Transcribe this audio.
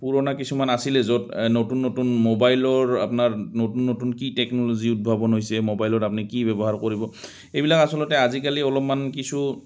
পুৰণা কিছুমান আছিলে য'ত নতুন নতুন মোবাইলৰ আপোনাৰ নতুন নতুন কি টেকন'লজি উদ্ভাৱন হৈছে মোবাইলত আপুনি কি ব্যৱহাৰ কৰিব এইবিলাক আচলতে আজিকালি অলপমান কিছু